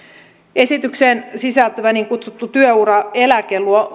esitykseen sisältyvä niin kutsuttu työuraeläke luo